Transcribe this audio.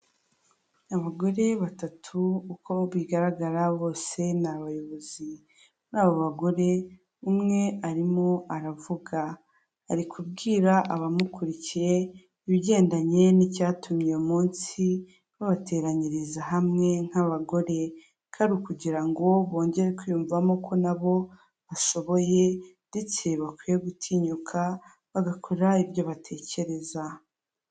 Umuhanda mwiza kandi ufite isuku bashyizeho akayira k'abanyamaguru gahagije, bamwe baratambuka abandi nabo bagakora imyitozo ngororamubiri, ku mpande hariho inyubako ikorerwamo n'ikigo cyitwa radiyanti gikora ibigendanye n'ubwizigame ndetse no kwishinganisha.